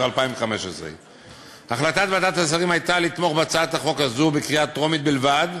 2015. החלטת ועדת השרים הייתה לתמוך בהצעת החוק הזאת בקריאה טרומית בלבד,